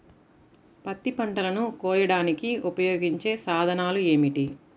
పత్తి పంటలను కోయడానికి ఉపయోగించే సాధనాలు ఏమిటీ?